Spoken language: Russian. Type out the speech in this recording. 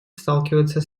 сталкиваются